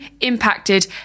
impacted